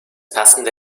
passende